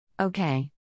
Okay